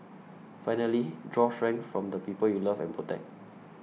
finally draw strength from the people you love and protect